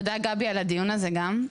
תודה גבי על הדיון הזה גם.